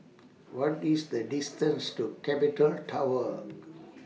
What IS The distance to Capital Tower